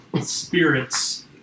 spirits